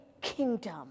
kingdom